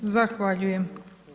Zahvaljujem.